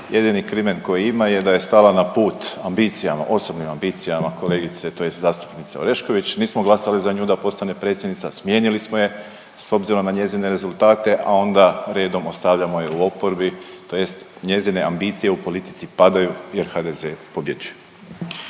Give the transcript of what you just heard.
Jedini crimen koji ima je da je stala na put ambicijama, osobnim ambicijama kolegice, tj. zastupnice Orešković. Nismo glasali za nju da postane predsjednica, smijenili smo je s obzirom na njezine rezultate, a onda redom ostavljamo je u oporbi, tj. njezine ambicije u politici padaju jer HDZ pobjeđuje.